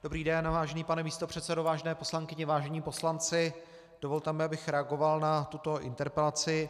Dobrý den, vážený pane místopředsedo, vážené poslankyně, vážení poslanci, dovolte mi, abych reagoval na tuto interpelaci.